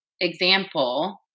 example